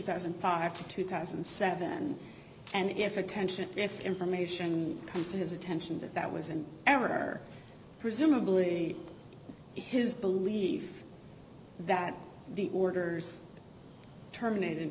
thousand and five to two thousand and seven and if attention information comes to his attention that that was in error presumably his belief that the orders terminated